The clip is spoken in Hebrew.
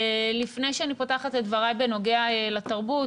לפני שאני פותחת את דבריי בנוגע לתרבות,